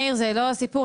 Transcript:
מאיר, זה לא הסיפור.